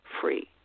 free